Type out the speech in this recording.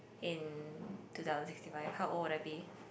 in two thousand sixty five how old would I be